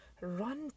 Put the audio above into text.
Run